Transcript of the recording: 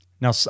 Now